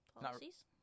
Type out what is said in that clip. policies